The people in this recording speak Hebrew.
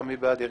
הכנסת.